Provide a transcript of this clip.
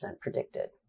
predicted